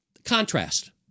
contrast